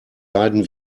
leiden